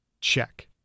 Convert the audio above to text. Check